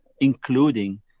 including